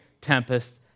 tempest